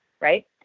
right